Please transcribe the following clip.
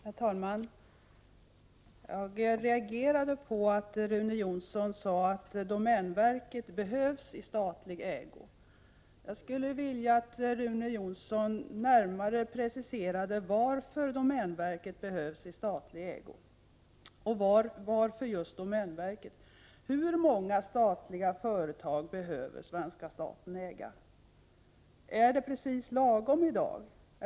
Herr talman! Jag reagerade emot att Rune Jonsson sade att domänverket behövs i statlig ägo. Jag skulle vilja att han närmare preciserade varför just domänverket behövs i statlig ägo. Hur många företag behöver svenska staten äga? Är antalet lagom i dag?